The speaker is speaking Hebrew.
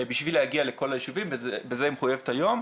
בשביל להגיע לכל היישובים, בזה היא מחויבת היום,